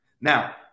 Now